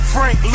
Frank